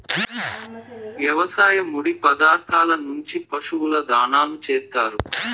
వ్యవసాయ ముడి పదార్థాల నుంచి పశువుల దాణాను చేత్తారు